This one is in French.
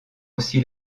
aussi